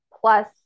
Plus